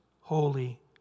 holy